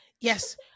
Yes